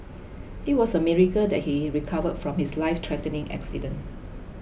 it was a miracle that he recovered from his lifethreatening accident